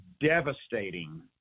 devastating